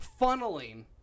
funneling